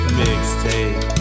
mixtape